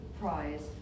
prize